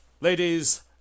Ladies